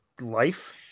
life